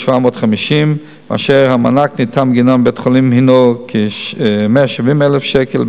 מ-1.750 ק"ג ואשר המענק הניתן בגינם לבית-החולים הינו כ-170,000 שקל,